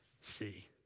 see